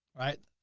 right?